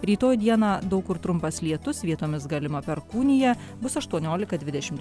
rytoj dieną daug kur trumpas lietus vietomis galima perkūnija bus aštuoniolika dvidešimt